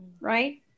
right